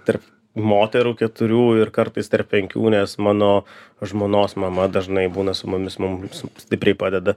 tarp moterų keturių ir kartais tarp penkių nes mano žmonos mama dažnai būna su mumis mum stipriai padeda